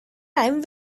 time